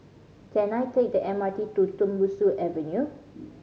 can I take the M R T to Tembusu Avenue